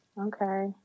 okay